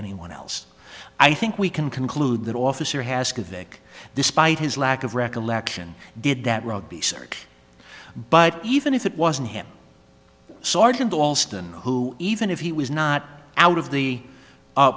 anyone else i think we can conclude that officer has a vague despite his lack of recollection did that rugby search but even if it wasn't him sergeant alston who even if he was not out of the